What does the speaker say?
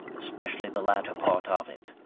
especially the latter part of it.